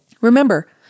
Remember